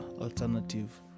alternative